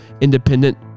independent